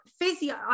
physio